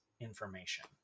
information